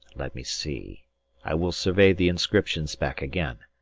let me see i will survey the inscriptions back again.